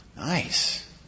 Nice